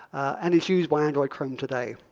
and it's used by android chrome today.